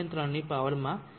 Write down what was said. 3 ની પાવરમાં વધારો થયો